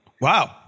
Wow